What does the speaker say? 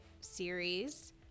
series